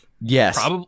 Yes